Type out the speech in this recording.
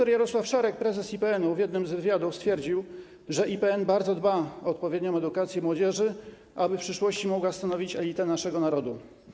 Dr Jarosław Szarek, prezes IPN-u, w jednym z wywiadów stwierdził, że IPN bardzo dba o odpowiednią edukację młodzieży, aby w przyszłości mogła stanowić elitę naszego narodu.